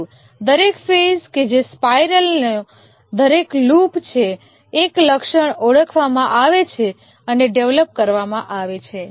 પરંતુ દરેક ફેઝ કે જે સ્પાઇરલનો દરેક લૂપ છે એક લક્ષણ ઓળખવામાં આવે છે અને ડેવલપ કરવામાં આવે છે